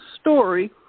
story